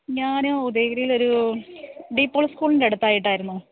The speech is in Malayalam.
ഞാൻ ഉദയഗിരിയിൽ ഒരു ഡിപോൾ സ്കൂളിൻ്റെ അടുത്തായിട്ടായിരുന്നു